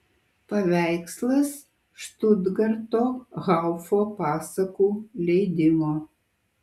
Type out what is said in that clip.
paveikslas štutgarto haufo pasakų leidimo